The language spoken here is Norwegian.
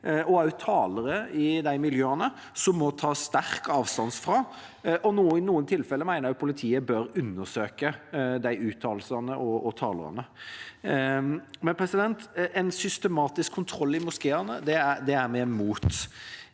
og også talere, i de miljøene som må tas sterk avstand fra, og i noen tilfeller mener jeg politiet bør undersøke de uttalelsene og talerne. En systematisk kontroll i moskeene er vi